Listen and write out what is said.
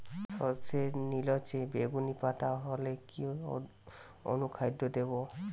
সরর্ষের নিলচে বেগুনি পাতা হলে কি অনুখাদ্য দেবো?